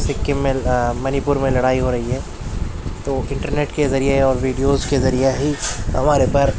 سکم میں منی پور میں لڑائی ہو رہی ہے تو انٹرنیٹ کے ذریعے اور ویڈیوز کے ذریعہ ہی ہمارے پاس